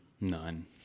none